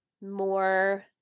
more